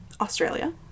Australia